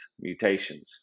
mutations